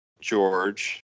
George